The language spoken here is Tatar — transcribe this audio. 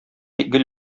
гел